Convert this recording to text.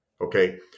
Okay